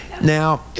Now